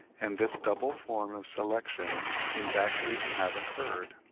and this double form of selection seems actually to have occurred,